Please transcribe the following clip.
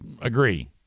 agree